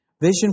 Vision